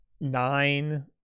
nine